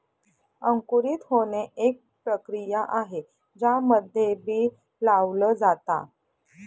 अंकुरित होणे, एक प्रक्रिया आहे ज्यामध्ये बी लावल जाता